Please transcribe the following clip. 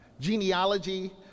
genealogy